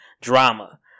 drama